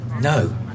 No